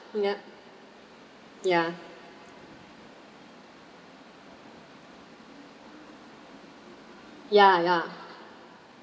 yup ya ya ya